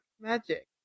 Magic